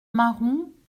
maroux